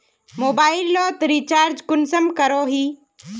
Mobile लोत recharge कुंसम करोही?